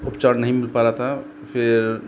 उपचार नहीं मिल पा रहा था फिर